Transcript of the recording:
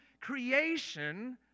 creation